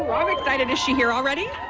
um excited is she here already